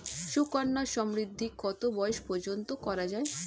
সুকন্যা সমৃদ্ধী কত বয়স পর্যন্ত করা যায়?